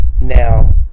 now